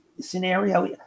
scenario